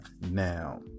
now